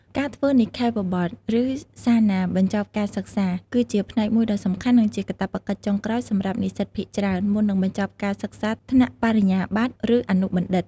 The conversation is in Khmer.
ការធ្វើនិក្ខេបបទ ឬសារណាបញ្ចប់ការសិក្សា គឺជាផ្នែកមួយដ៏សំខាន់ និងជាកាតព្វកិច្ចចុងក្រោយសម្រាប់និស្សិតភាគច្រើន មុននឹងបញ្ចប់ការសិក្សាថ្នាក់បរិញ្ញាបត្រ ឬអនុបណ្ឌិត។